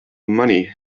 money